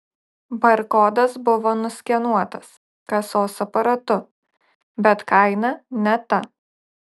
barkodas buvo nuskenuotas kasos aparatu bet kaina ne ta